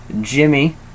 Jimmy